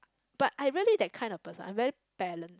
but I really that kind of person I really balance